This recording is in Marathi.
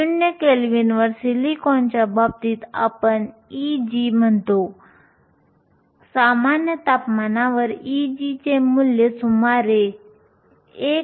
0 केल्विनवर सिलिकॉनच्या बाबतीत आपण Eg म्हणतो सामान्य तपमानावर Eg चे मूल्य सुमारे 1